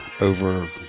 over